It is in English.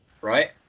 right